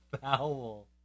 foul